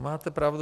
Máte pravdu.